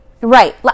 right